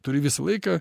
turi visą laiką